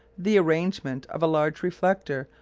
the arrangement of a large reflector,